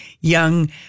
young